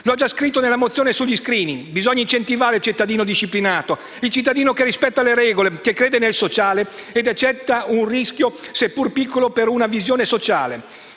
L'ho già scritto nella mozione sugli *screening*: bisogna incentivare il cittadino disciplinato, quello che rispetta le regole, che crede nel sociale e accetta un rischio, seppur piccolo, per una visione sociale;